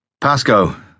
Pasco